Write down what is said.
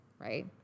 right